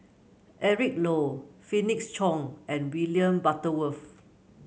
Eric Low Felix Cheong and William Butterworth